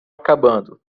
acabando